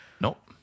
Nope